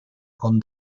con